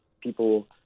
people